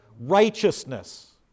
righteousness